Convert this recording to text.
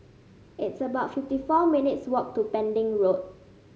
it's about fifty four minutes' walk to Pending Road